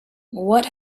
what